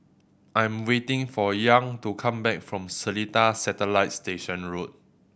I am waiting for Young to come back from Seletar Satellite Station Road